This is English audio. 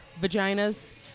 vaginas